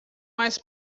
mais